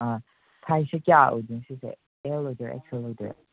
ꯁꯥꯏꯖꯁꯦ ꯀꯌꯥ ꯑꯣꯏꯗꯣꯏꯅꯣ ꯁꯤꯁꯦ ꯑꯦꯜ ꯑꯣꯏꯗꯣꯏꯔꯥ ꯑꯦꯛꯁ ꯑꯦꯜ ꯑꯣꯏꯗꯣꯏꯔꯥ